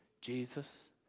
Jesus